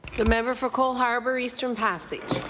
the member for cole harbour-eastern passage.